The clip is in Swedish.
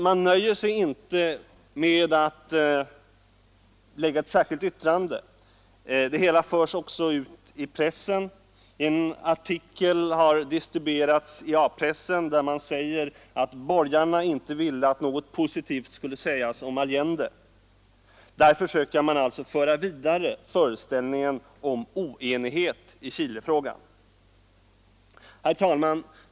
Man nöjer sig inte med att avge ett särskilt yttrande — det hela förs också ut i pressen. I A-pressen har en artikel distribuerats, i vilken det heter att borgarna inte ville att något positivt skulle sägas om Allende. Där försöker man alltså föra vidare föreställningen om oenighet i Chilefrågan. Herr talman!